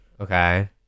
Okay